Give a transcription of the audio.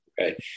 okay